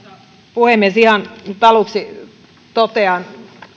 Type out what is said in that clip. puhemies ihan nyt aluksi totean